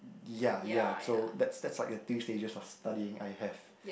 ya ya so that's that's like the three stages of studying I have